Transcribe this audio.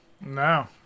No